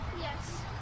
Yes